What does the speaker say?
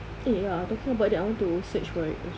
eh ya talking about that I want to search for it also